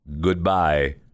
Goodbye